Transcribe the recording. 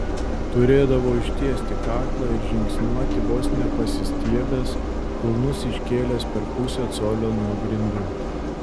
turėdavo ištiesti kaklą ir žingsniuoti vos ne pasistiebęs kulnus iškėlęs per pusę colio nuo grindų